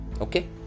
okay